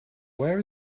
where